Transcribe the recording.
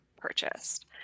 purchased